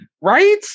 Right